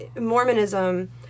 Mormonism